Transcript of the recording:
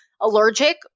allergic